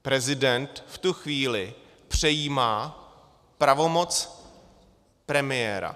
Prezident v tu chvíli přejímá pravomoc premiéra.